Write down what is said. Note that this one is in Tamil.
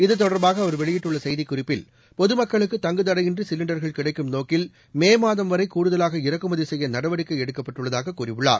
இது தொடர்பாக அவர் வெளியிட்டுள்ள செய்திக் குறிப்பில் பொதுமக்களுக்கு தங்கு தடையின்றி சிலின்டர்கள் கிடைக்கும் நோக்கில் மே மாதம் வரை கூடுதலாக இறக்குமதி செய்ய நடவடிக்கை எடுக்கப்பட்டுள்ளதாக கூறியுள்ளார்